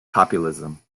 populism